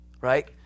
Right